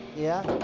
yeah?